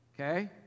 Okay